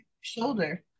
shoulder